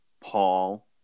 Paul